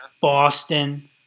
Boston